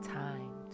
time